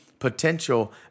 Potential